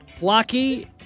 Flocky